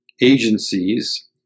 agencies